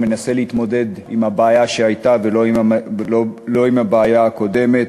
הוא מנסה להתמודד עם הבעיה שהייתה ולא עם הבעיה הקיימת.